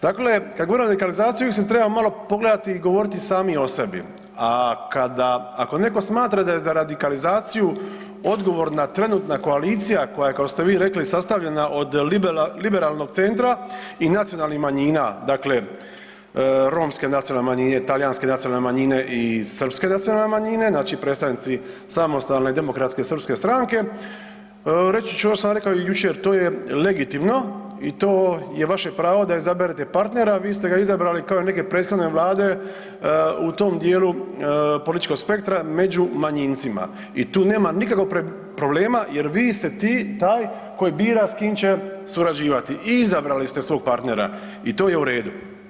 Dakle, kad govorimo o radikalizaciji uvijek se treba malo pogledati i govoriti sami o sebi, a kada ako netko smatra da je za radikalizaciju odgovorna trenutna koalicija koja je kako ste vi rekli sastavljena od liberalnog centra i nacionalnih manjina, dakle romske nacionalne manjine, talijanske nacionalne manjine i srpske nacionalne manjine, znači predstavnici SDSS-a, reći ću ono što sam rekao i jučer to je legitimno i to je vaše pravo da izaberete partnera, vi ste ga izabrali kao i neke prethodne vlade u tom dijelu političkog spektra među manjincima i tu nema nikakvog problema jer vi ste ti, taj koji bira s kim će surađivati i izabrali ste svog partnera i to je u redu.